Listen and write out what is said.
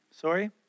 sorry